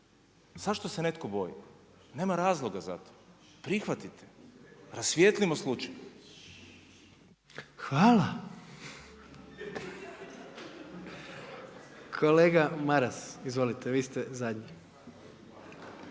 Zašto se netko boji? Nema razloga za to. Prihvatite, rasvijetlimo slučaj. **Jandroković, Gordan (HDZ)** Hvala. Kolega Maras, izvolite, vi ste zadnji.